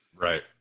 Right